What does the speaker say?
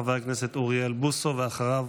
חבר הכנסת אוריאל בוסו, ואחריו,